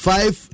Five